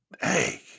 Hey